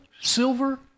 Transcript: silver